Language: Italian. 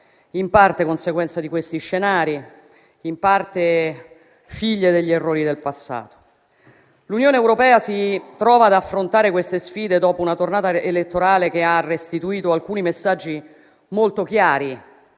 in parte conseguenza di questi scenari, in parte figlie degli errori del passato. L'Unione europea si trova ad affrontare queste sfide dopo una tornata elettorale che ha restituito alcuni messaggi molto chiari